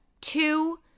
two